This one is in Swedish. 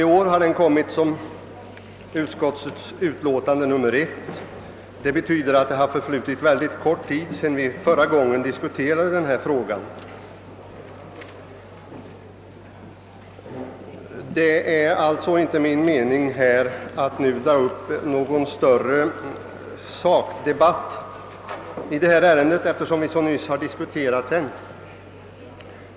I år behandlas motionerna i utskottets utlåtande nr 1. Det betyder att det har förflutit mycket kort tid sedan vi förra gången diskuterade frågan. Det är därför inte min mening att nu ta upp någon större sakdebatt.